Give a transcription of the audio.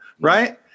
right